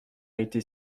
été